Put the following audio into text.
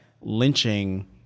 lynching